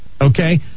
okay